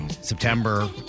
September